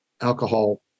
alcohol